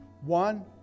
one